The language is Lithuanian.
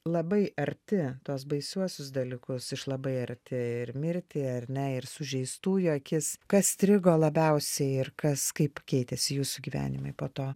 labai arti tuos baisiuosius dalykus iš labai arti ir mirtį ar ne ir sužeistųjų akis kas strigo labiausiai ir kas kaip keitėsi jūsų gyvenimai po to